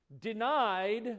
denied